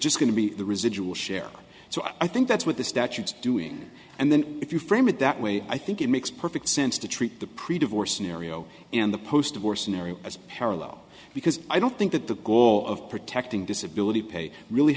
just going to be the residual share so i think that's what the statute is doing and then if you frame it that way i think it makes perfect sense to treat the pre divorce scenario and the post war scenario as parallel because i don't think that the goal of protecting disability pay really